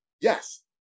yes